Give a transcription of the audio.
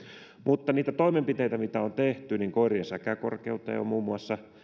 mutta niitä toimenpiteitä mitä on tehty niin koirien säkäkorkeuteen on muun muassa